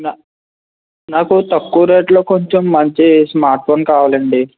నాకు నాకు తక్కువ రేట్లో కొంచెం మంచి స్మార్ట్ ఫోన్ కావాలండి